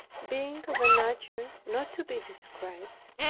being of a nature not to be described,